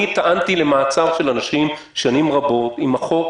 אני טענתי למעצר של אנשים שנים רבות עם החוק